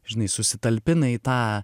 žinai susitalpina į tą